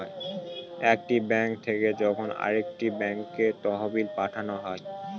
একটি ব্যাঙ্ক থেকে যখন আরেকটি ব্যাঙ্কে তহবিল পাঠানো হয়